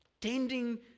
Tending